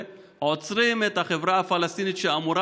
ועוצרים את החברה הפלסטינית שאמורה